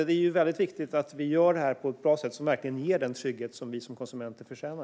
Det är alltså viktigt att vi gör detta på ett bra sätt som verkligen ger den trygghet som vi som konsumenter förtjänar.